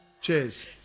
Cheers